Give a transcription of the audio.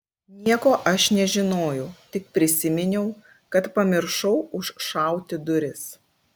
nieko aš nežinojau tik prisiminiau kad pamiršau užšauti duris